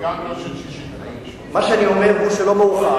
וגם לא של 65. מה שאני אומר, שלא מאוחר.